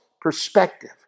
perspective